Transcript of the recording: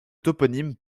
toponymes